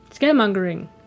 scaremongering